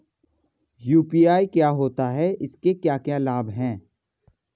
UPI क्या होता है इसके क्या क्या लाभ हैं?